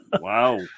Wow